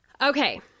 Okay